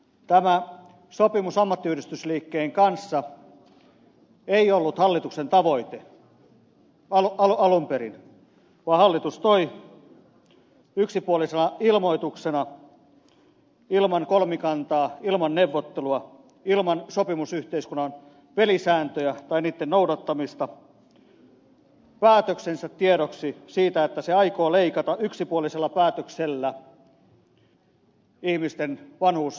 tämä sopimus ammattiyhdistysliikkeen kanssa ei ollut hallituksen tavoite alunperin vaan hallitus toi yksipuolisena ilmoituksena ilman kolmikantaa ilman neuvottelua ilman sopimusyhteiskunnan pelisääntöjä tai niitten noudattamista tiedoksi päätöksensä että se aikoo leikata yksipuolisella päätöksellä ihmisten vanhuuseläkettä